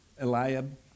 Eliab